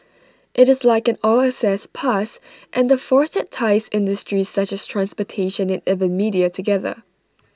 IT is like an all access pass and the force that ties industries such as transportation and even media together